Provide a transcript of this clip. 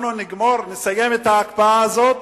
אנחנו נסיים את ההקפאה הזאת,